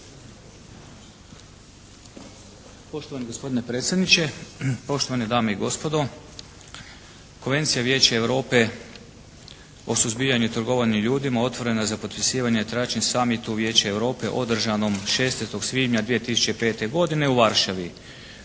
Poštovani gospodine predsjedniče, poštovane dame i gospodo. Konvencija Vijeća Europe o suzbijanju trgovanja ljudima otvorena je za potpisivanje …/Govornik se ne razumije./… summitu Vijeća Europe održanom 16. svibnja 2005. godine u Varšavi.